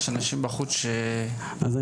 יש אנשים בחוץ שרוצים להיכנס.